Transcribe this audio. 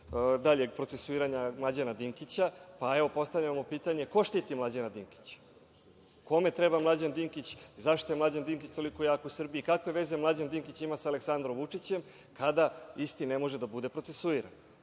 daljeg procesuiranja Mlađana Dinkića, pa postavljamo pitanje – ko štiti Mlađana Dinkića? Kome treba Mlađan Dinkić? Zašta je Mlađan Dinkić toliko jak u Srbiji? Kakve veze Mlađan Dinkić ima sa Aleksandrom Vučićem, kada isti ne može da bude procesuiran?